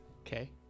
Okay